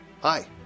Hi